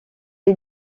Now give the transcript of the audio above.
est